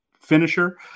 finisher